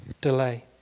delay